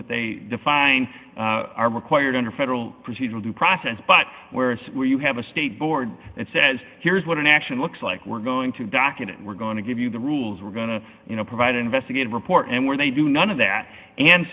that they define are required under federal procedural due process but where you have a state board that says here's what an action looks like we're going to dock it we're going to give you the rules we're going to you know provide investigative report and where they do none of that and